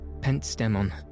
pentstemon